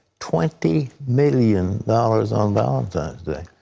twenty million dollars on valentine's day.